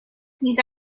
these